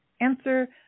answer